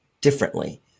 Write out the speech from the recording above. differently